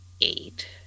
eight